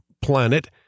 planet